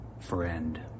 friend